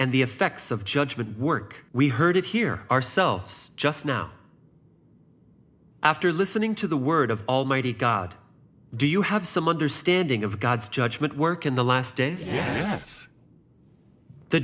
and the effects of judgment work we heard it here ourselves just now after listening to the word of almighty god do you have some understanding of god's judgment work in the last days yes the